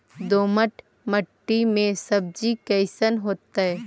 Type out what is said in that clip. दोमट मट्टी में सब्जी कैसन होतै?